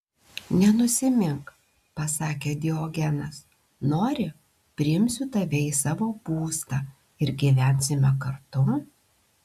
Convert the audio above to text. nenusimink pasakė diogenas nori priimsiu tave į savo būstą ir gyvensime kartu